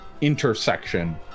intersection